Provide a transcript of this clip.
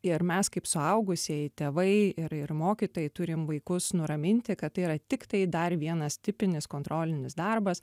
ir mes kaip suaugusieji tėvai ir ir mokytojai turim vaikus nuraminti kad tai yra tiktai dar vienas tipinis kontrolinis darbas